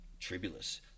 tribulus